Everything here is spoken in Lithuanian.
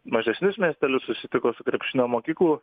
mažesnius miestelius susitiko su krepšinio mokyklų